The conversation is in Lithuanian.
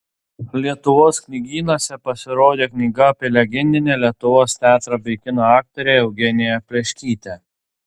lietuvos knygynuose pasirodė knyga apie legendinę lietuvos teatro bei kino aktorę eugeniją pleškytę